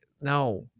no